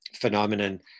phenomenon